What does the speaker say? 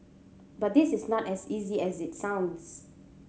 but this is not as easy as it sounds